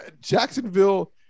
Jacksonville